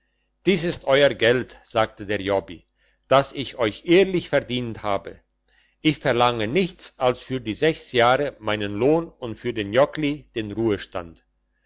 dies ist euer geld sagte der jobbi das ich euch ehrlich verdient habe ich verlange nichts als für die sechs jahre meinen lohn und für den jockli den ruhestand